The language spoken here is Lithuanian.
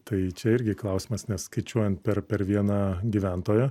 tai čia irgi klausimas nes skaičiuojant per per vieną gyventoją